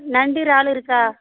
நண்டு இறால் இருக்கா